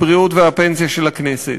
הבריאות והפנסיה של הכנסת,